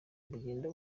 bugenda